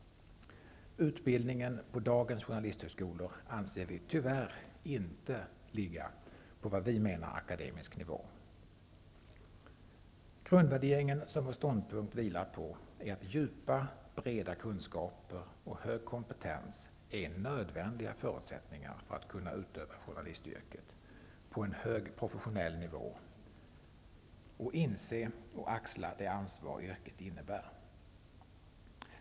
Utbildningen på dagens journalisthögskolor anser vi tyvärr inte ligga på, vad vi menar, akademisk nivå. Grundvärderingen, som vår ståndpunkt vilar på, är att djupa, breda kunskaper och hög kompetens är nödvändiga förutsättningar för att man skall kunna utöva journalistyrket på en hög professionell nivå och inse och axla det ansvar yrket innebär.